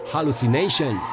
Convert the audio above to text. Hallucination